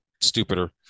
stupider